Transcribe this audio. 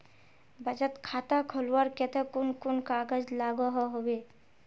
बचत खाता खोलवार केते कुन कुन कागज लागोहो होबे?